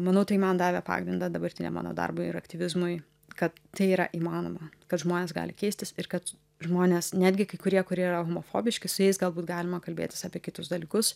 manau tai man davė pagrindą dabartiniam mano darbui ir aktyvizmui kad tai yra įmanoma kad žmonės gali keistis ir kad žmonės netgi kai kurie kurie yra homofobiški su jais galbūt galima kalbėtis apie kitus dalykus